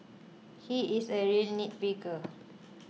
he is a real nitpicker